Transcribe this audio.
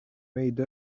made